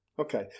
Okay